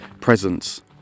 presence